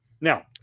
Now